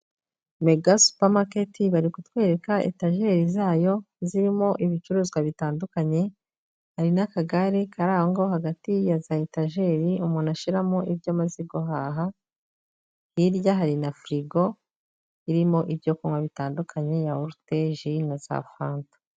Mega supermarket bari kutwereka etajeri zayo zirimo ibicuruzwa bitandukanye, hari n'akagare kari aho ngaho hagati ya za etajeri umuntu ashyiramo ibyo amaze guhaha, hirya hari na firigo irimo ibyo kunywa bitandukanye yawurute, ji na za fanta.